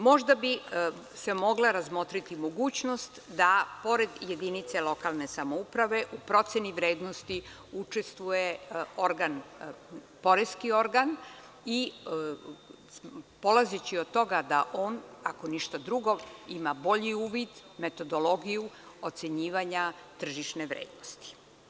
Možda bi se mogla razmotriti mogućnost da pored jedinica lokalne samouprave u proceni vrednosti učestvuje poreski organ i polazeći od toga da on, ako ništa drugo, ima bolji uvid, metodologiju ocenjivanja tržišne vrednosti.